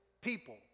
people